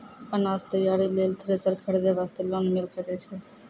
अनाज तैयारी लेल थ्रेसर खरीदे वास्ते लोन मिले सकय छै?